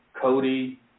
Cody